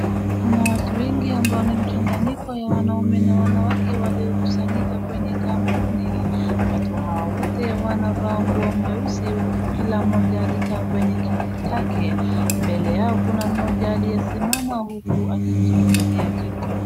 Kuna watu wengi ambao ni mchanganyiko ya wanaume na wanawake waliokusanyika kwenye kampuni. Watu hawa wote wanavaa nguo nyeusi huku kila mmoja akikaa kwenye kiti chake. Mbele yao kuna mmoja aliyesimama huku akizungumizia kitu.